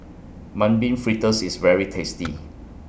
Mung Bean Fritters IS very tasty